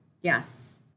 Yes